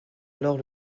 alors